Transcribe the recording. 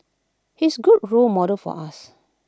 he's A good role model for us